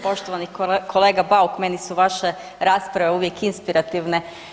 Poštovani kolega Bauk, meni su vaše rasprave uvijek inspirativne.